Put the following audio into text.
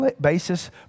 basis